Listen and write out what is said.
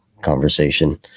conversation